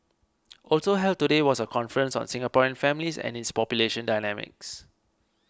also held today was a conference on Singaporean families and its population dynamics